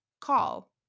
call